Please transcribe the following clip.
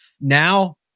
Now